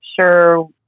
sure